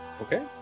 Okay